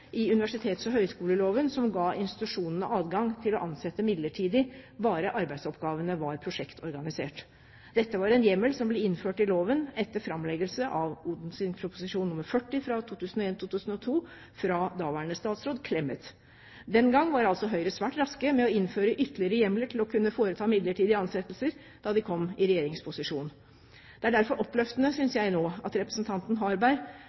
i universitets- og høyskoleloven som ga institusjonene adgang til å ansette midlertidig, bare arbeidsoppgavene var prosjektorganisert. Dette var en hjemmel som ble innført i loven etter framleggelsen av Ot.prp. nr. 40 for 2001–2002 fra daværende statsråd Clemet. Den gang var altså Høyre svært raske med å innføre ytterligere hjemler til å kunne foreta midlertidige ansettelser da de kom i regjeringsposisjon. Det er derfor oppløftende, synes jeg, at representanten Harberg,